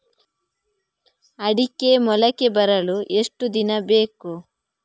ಅಡಿಕೆ ಮೊಳಕೆ ಬರಲು ಎಷ್ಟು ದಿನ ಬೇಕು?